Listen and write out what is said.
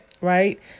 right